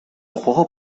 juego